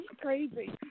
crazy